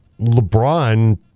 LeBron